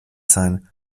sein